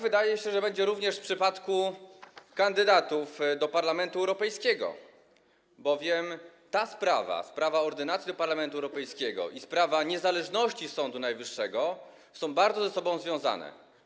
Wydaje się, że tak będzie również w przypadku kandydatów do Parlamentu Europejskiego, bowiem te sprawy, sprawa ordynacji do Parlamentu Europejskiego i sprawa niezależności Sądu Najwyższego, są ze sobą bardzo związane.